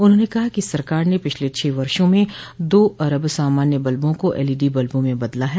उन्होंने कहा कि सरकार ने पिछले छह वर्षों में दो अरब सामान्य बल्बों को एलईडी बल्बों में बदला है